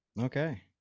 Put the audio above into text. okay